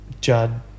Judd